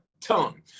Tongue